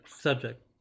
subject